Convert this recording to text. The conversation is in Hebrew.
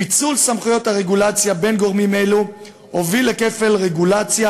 פיצול סמכויות הרגולציה בין גורמים אלו הוביל לכפל רגולציה